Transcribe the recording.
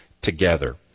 together